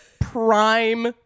prime